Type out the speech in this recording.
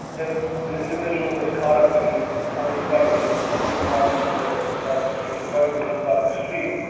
if an individual is caught up in selling drugs and it's the police job to do their job which is to take the drugs and guns off the street,